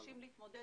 מתקשים להתמודד